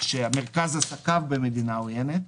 שמרכז עסקיו במדינה עוינת,